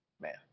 man